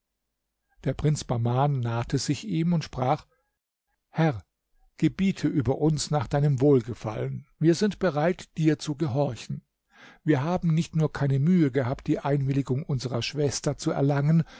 der prinz bahman nahte sich ihm und sprach herr gebiete über uns nach deinem wohlgefallen wir sind bereit dir zu gehorchen wir haben nicht nur keine mühe gehabt die einwilligung unserer schwester zu erlangen